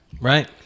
Right